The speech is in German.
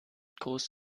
groß